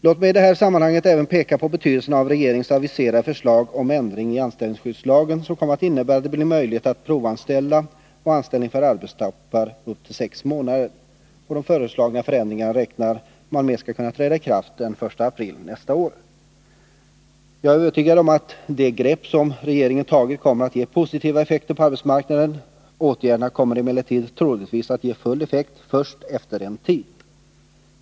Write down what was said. Låt mig i det här sammanhanget även peka på betydelsen av regeringens aviserade förslag om ändring i anställningsskyddslagen, som kommer att innebära att det blir möjligt med provanställning och anställning för arbetstoppar upp till sex månader. De föreslagna förändringarna räknar man med skall kunna träda i kraft den 1 april nästa år. Jag är övertygad om att de grepp som regeringen tagit kommer att ge positiva effekter på arbetsmarknaden. Åtgärderna kommer emellertid troligtvis att ge full effekt först efter en tid.